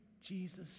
Jesus